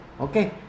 okay